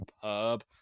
superb